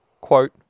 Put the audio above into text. quote